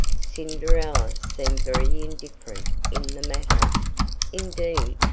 cinderella seemed very indifferent in the matter indeed,